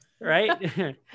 Right